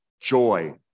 joy